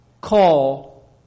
call